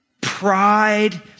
Pride